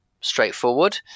straightforward